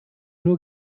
nur